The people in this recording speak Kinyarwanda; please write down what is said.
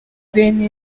ben